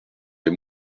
les